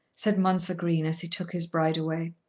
said mounser green as he took his bride away.